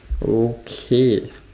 okay